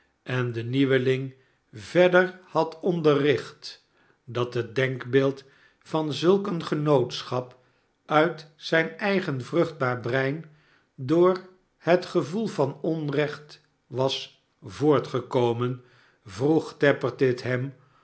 en den nieuweling verder had onderricht dat het denkbeeld van zulk een genootschap uit zijn eigen vruchtbaar brein door het gevoel van onrecht was voortgekomen vroeg tappertit hem